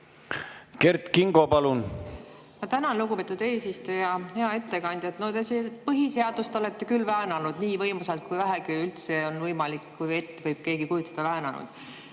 Kert Kingo, palun! Ma tänan, lugupeetud eesistuja! Hea ettekandja! No põhiseadust te olete küll väänanud nii võimsalt, kui vähegi üldse on võimalik, kui ette võib keegi kujutada.